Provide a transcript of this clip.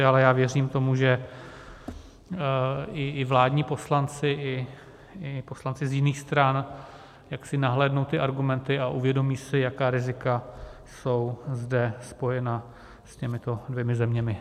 Ale věřím tomu, že i vládní poslanci i poslanci z jiných stran jaksi nahlédnou ty argumenty a uvědomí si, jaká rizika jsou zde spojena s těmito dvěma zeměmi.